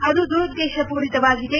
ಅದು ದುರುದ್ದೇಶ ಪೂರಿತವಾಗಿದೆ